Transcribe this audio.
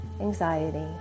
anxiety